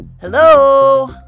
Hello